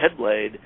HeadBlade